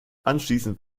anschließend